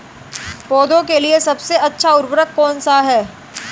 पौधों के लिए सबसे अच्छा उर्वरक कौन सा है?